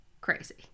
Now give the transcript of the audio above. crazy